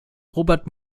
robert